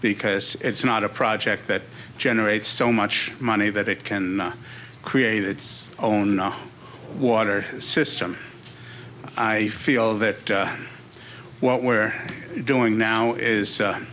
because it's not a project that generates so much money that it can create its own water system i feel that what we're doing now is